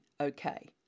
okay